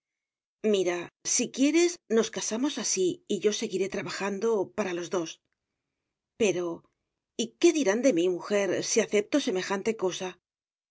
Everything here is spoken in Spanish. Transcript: mira si quieres nos casamos así y yo seguiré trabajando para los dos pero y qué dirán de mí mujer si acepto semejante cosa